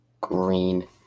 Green